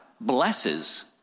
blesses